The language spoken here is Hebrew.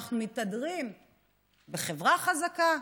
אנחנו מתהדרים בחברה חזקה.